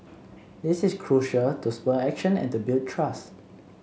this is crucial to spur action and to build trust